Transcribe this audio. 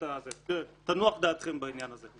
תנוח דעתכם בעניין הזה.